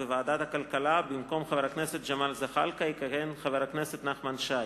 בוועדת הכלכלה במקום חבר הכנסת ג'מאל זחאלקה יכהן חבר הכנסת נחמן שי.